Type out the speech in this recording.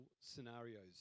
scenarios